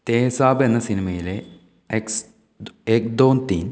തേ സാബ് എന്ന സിനിമയിലെ എക്സ് എക് ദോ തീൻ